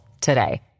today